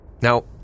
Now